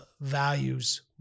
Values